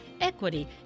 equity